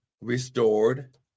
restored